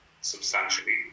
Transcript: substantially